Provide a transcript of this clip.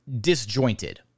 disjointed